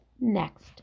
next